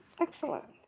Excellent